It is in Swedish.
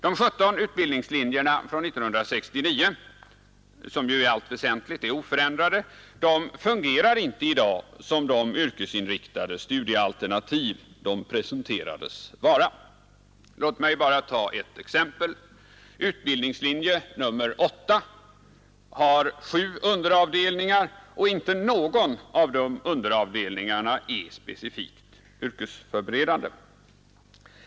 De 17 utbildningslinjerna från 1969, som ju i allt väsentligt är oförändrade, fungerar inte i dag som de yrkesinriktade studiealternativ de presen terades som. Låt mig bara ta ett exempel. Utbildningslinje nr 8 har sju underavdelningar, och inte någon av dessa underavdelningar är specifikt yrkesförberedande.